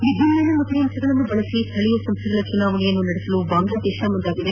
ವಿದ್ಯುನ್ಮಾನ ಮತಯಂತ್ರಗಳನ್ನು ಬಳಸಿ ಸ್ಲಳೀಯ ಸಂಸ್ಲೆಗಳ ಚುನಾವಣೆಯನ್ನು ನಡೆಸಲು ಬಾಂಗ್ಲಾದೇಶ ಮುಂದಾಗಿದೆ